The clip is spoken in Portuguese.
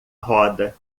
roda